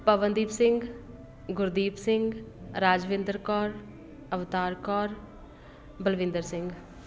Pawandeep Singh Gurdeep Singh Rajwinder Kaur Avtar Kaur Balwinder Singh